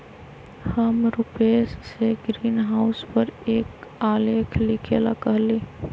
हम रूपेश से ग्रीनहाउस पर एक आलेख लिखेला कहली